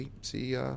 see